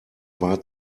war